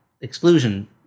exclusion